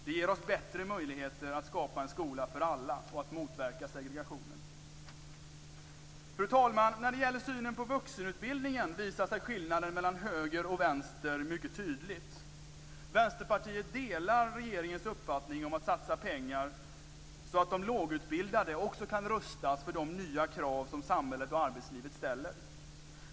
Det ger oss bättre möjligheter att skapa en skola för alla och att motverka segregationen. Fru talman! När det gäller synen på vuxenutbildningen visar sig skillnaden mellan höger och vänster mycket tydligt. Vänsterpartiet delar regeringens uppfattning om att satsa pengar så att de lågutbildade också kan rustas för de nya krav som samhället och arbetslivet ställer.